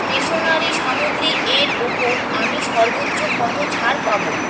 stationery সামগ্রীএর ওপর আমি সর্বোচ্চ কত ছাড় পাবো